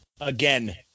Again